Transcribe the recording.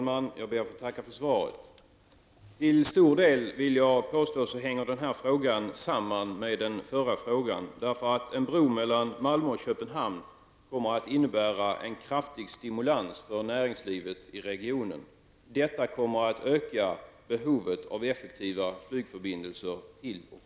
Luftfarten utvecklas sedan början av 1980-talet mycket snabbt och det kommer nog fortgå.